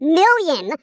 million